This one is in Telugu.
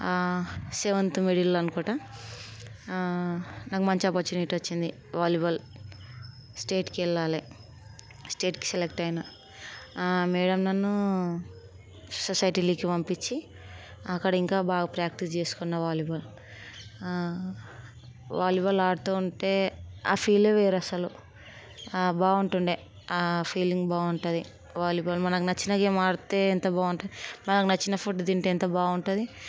సెవెంత్ మిడిల్లో అనుకుంటాఉ నాకు మంచి ఆపర్చునిటీ వచ్చింది వాలీబాల్ స్టేట్కి వెళ్ళాలి స్టేట్కి సెలెక్ట్ అయినా మేడం నన్ను సొసైటీలోకి పంపించి అక్కడ ఇంకా బాగా ప్రాక్టీస్ చేసుకున్న వాలీబాల్ వాలీబాల్ ఆడుతూ ఉంటే ఆ ఫీలే వేరు అసలు బాగుంటుండే ఆ ఫీలింగ్ బాగుంటుంది వాలీబాల్ మనకు నచ్చిన గేమ్ ఆడితే ఎంత బాగుంటుందో మనకు నచ్చిన ఫుడ్ తింటే ఎంత బాగుంటుంది